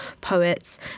poets